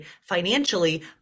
financially